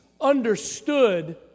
understood